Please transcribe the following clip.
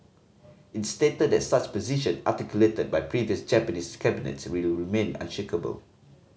it stated that such position articulated by previous Japanese cabinets will remain unshakeable